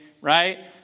Right